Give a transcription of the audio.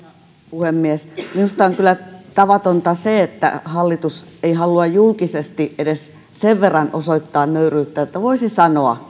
puhemies minusta on kyllä tavatonta se että hallitus ei halua julkisesti edes sen verran osoittaa nöyryyttä että voisi sanoa